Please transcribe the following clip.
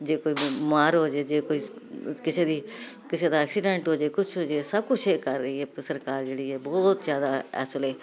ਜੇ ਕੋਈ ਬਿਮਾਰ ਹੋਜੇ ਜੇ ਕੋਈ ਕਿਸੇ ਦੀ ਕਿਸੇ ਦਾ ਐਕਸੀਡੈਂਟ ਹੋ ਜੇ ਕੁਛ ਹੋ ਜੇ ਸਭ ਕੁਝ ਇਹ ਕਰ ਰਹੀ ਹ ਸਰਕਾਰ ਜਿਹੜੀ ਹ ਬਹੁਤ ਜਿਆਦਾ ਇਸ ਵੇਲੇ